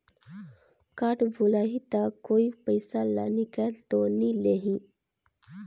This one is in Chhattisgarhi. कारड भुलाही ता कोई पईसा ला निकाल तो नि लेही?